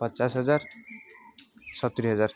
ପଚାଶ ହଜାର ସତୁରୀ ହଜାର